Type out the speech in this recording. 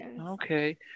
Okay